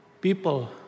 people